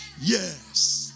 Yes